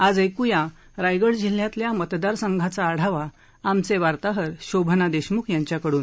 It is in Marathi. आज ऐक्या रायगड जिल्ह्यातल्या मतदार संघांचा आढावा आमचे वार्ताहर शोभना देशमुख यांच्या कडून